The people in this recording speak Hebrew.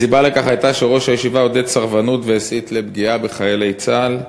הסיבה לכך הייתה שראש הישיבה עודד סרבנות והסית לפגיעה בחיילי צה"ל.